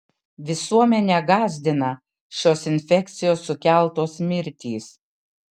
visuomenę gąsdina šios infekcijos sukeltos mirtys